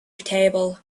table